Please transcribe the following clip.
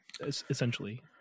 essentially